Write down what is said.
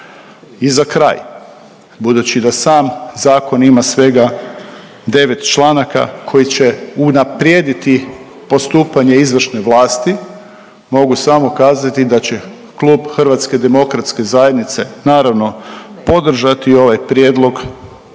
I za kraj, budući da sam zakon ima svega 9 članaka koji će unaprijediti postupanje izvršne vlasti mogu samo kazati da će klub HDZ-a naravno podržati ovaj prijedlog